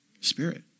Spirit